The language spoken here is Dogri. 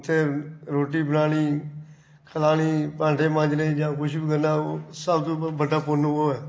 उत्थै रुट्टी बनानी खलानी भांडे मांजने जां कुछ बी करना सब तूं बड्डा पुन्न इ'यो ऐ